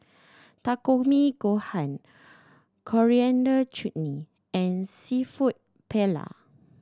Takikomi Gohan Coriander Chutney and Seafood Paella